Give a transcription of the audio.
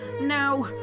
Now